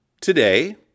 today